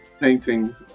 painting